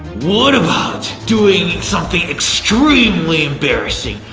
what about doing something extremely embarrassing?